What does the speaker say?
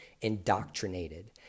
indoctrinated